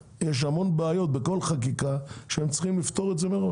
לכל רפת במדינת ישראל יש מנעד גדול של כמויות חלב שהיא מייצרת.